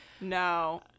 No